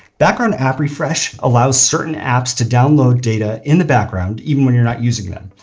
background app refresh allows certain apps to download data in the background, even when you're not using them.